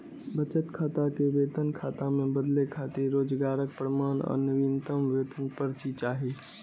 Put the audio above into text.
बचत खाता कें वेतन खाता मे बदलै खातिर रोजगारक प्रमाण आ नवीनतम वेतन पर्ची चाही